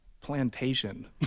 plantation